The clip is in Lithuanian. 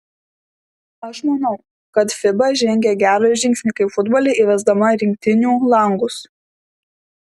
aš manau kad fiba žengė gerą žingsnį kaip futbole įvesdama rinktinių langus